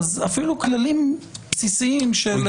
אז אפילו כללים בסיסיים של --- הוא